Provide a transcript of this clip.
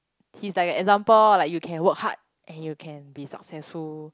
he's like an example orh like you can work hard and you can be successful